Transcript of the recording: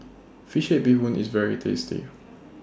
Fish Head Bee Hoon IS very tasty